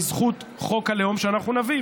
בזכות חוק הלאום שאנחנו נביא,